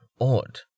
odd